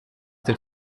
der